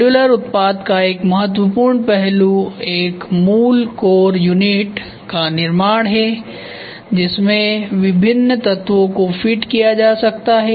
modular उत्पाद का एक महत्वपूर्ण पहलू एक मूल कोर यूनिट का निर्माण है जिसमें विभिन्न तत्वों को फिट किया जा सकता है